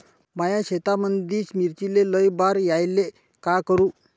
माया शेतामंदी मिर्चीले लई बार यायले का करू?